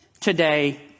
today